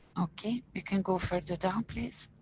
okay, we can go further down please.